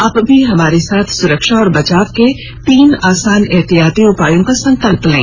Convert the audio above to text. आप भी हमारे साथ सुरक्षा और बचाव के तीन आसान एहतियाती उपायों का संकल्प लें